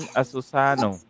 asusano